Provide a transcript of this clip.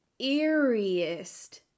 eeriest